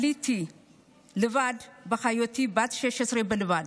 עליתי לבד, בהיותי בת 16 בלבד.